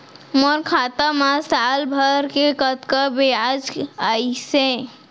मोर खाता मा साल भर के कतका बियाज अइसे?